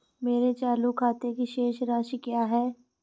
मेरे चालू खाते की शेष राशि क्या है?